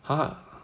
!huh! !huh!